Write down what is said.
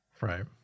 Right